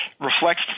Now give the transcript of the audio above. reflects